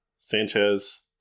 Sanchez